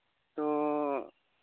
ᱛᱳ